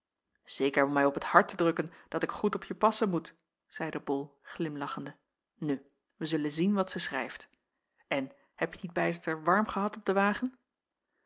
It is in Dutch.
om mij op t hart te drukken dat ik goed op je passen moet zeide bol glimlachende nu wij zullen zien wat zij schrijft en hebje t niet bijster warm gehad op den wagen